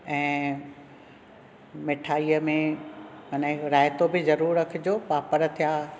ऐं मिठाईअ में माना रायतो बि ज़रूरु रखिजो पापड़ थिया